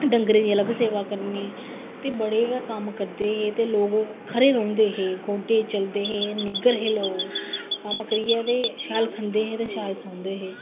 डंगरे दी अलग सेवा करनी ते बडे़ गै कम्म करदे हे ते लोक खरे रौंहदे हे गोडे चलदे है निग्गर हे लोक कम्म करियै ते शैल खंदे हे ते शैल सौंदे